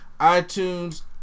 iTunes